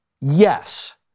yes